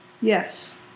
Yes